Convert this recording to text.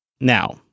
now